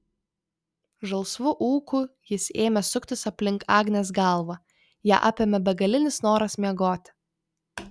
žalsvu ūku jis ėmė suktis aplink agnės galvą ją apėmė begalinis noras miegoti